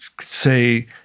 say